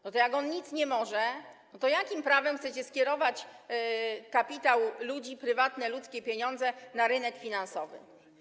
No to jak on nic nie może, to jakim prawem chcecie skierować kapitał ludzi, prywatne pieniądze ludzi na rynek finansowy?